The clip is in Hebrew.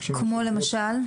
פוגשים --- כמו למשל?